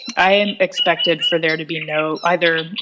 i and expected for there to be no either,